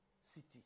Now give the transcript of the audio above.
city